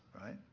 right